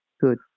good